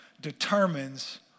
determines